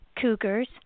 cougars